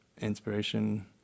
inspiration